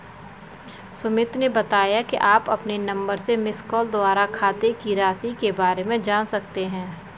सुमित ने बताया कि आप अपने नंबर से मिसकॉल द्वारा खाते की राशि के बारे में जान सकते हैं